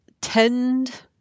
tend